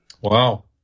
Wow